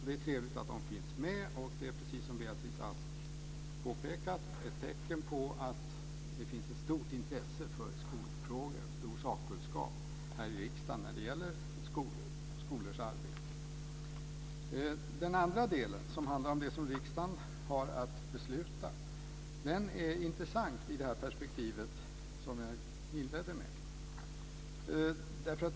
Det är trevligt att de finns med och det är, precis som Beatrice Ask har påpekat, ett tecken på att det finns ett stort intresse för och en stor sakkunskap här i riksdagen när det gäller skolors arbete. Den andra delen, som handlar om det som riksdagen har att besluta om, är intressant i det perspektiv som jag inledde med.